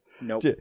Nope